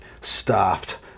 staffed